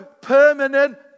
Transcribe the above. permanent